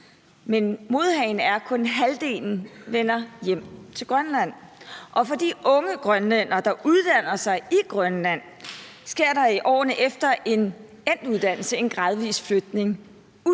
er modhagen, vender kun halvdelen hjem til Grønland. Og for de unge grønlændere, der uddanner sig i Grønland, sker der i årene efter endt uddannelse en gradvis flytning ud